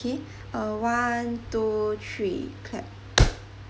okay uh one two three clap